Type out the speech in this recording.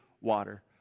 water